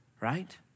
right